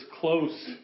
close